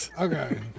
Okay